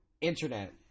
Internet